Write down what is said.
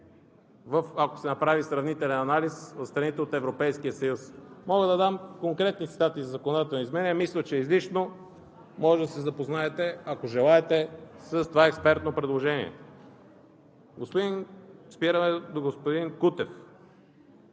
ако се направи сравнителен анализ на страните от Европейския съюз! Мога да дам конкретни цитати за законодателни изменения – мисля, че е излишно. Можете да се запознаете, ако желаете, с това експертно предложение. Спираме до господин Кутев.